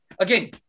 again